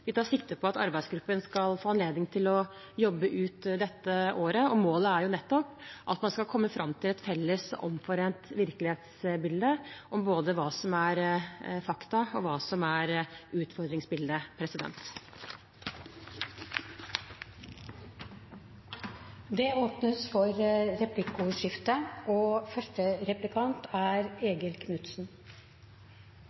Vi tar sikte på at arbeidsgruppen skal få anledning til å jobbe ut dette året. Målet er nettopp at man skal komme fram til et felles, omforent virkelighetsbilde av både hva som er fakta, og hva som er utfordringene. Det blir replikkordskifte. Statsrådens partifelle, og